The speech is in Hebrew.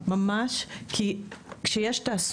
זה גורם לי לכאב ראש וממש מכעיס אותי,